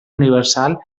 universal